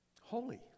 holy